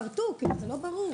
תפרטו, כי זה לא ברור.